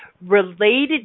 related